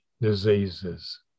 diseases